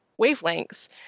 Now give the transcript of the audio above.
wavelengths